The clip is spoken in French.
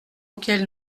auxquels